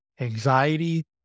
anxiety